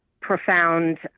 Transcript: profound